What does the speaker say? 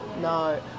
no